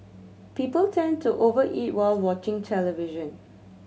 people tend to over eat while watching television